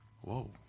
Whoa